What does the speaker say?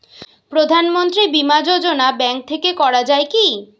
প্রধানমন্ত্রী বিমা যোজনা ব্যাংক থেকে করা যায় কি?